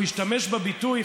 והוא השתמש בביטוי,